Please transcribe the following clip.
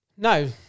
No